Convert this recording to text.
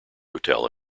hotel